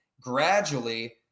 gradually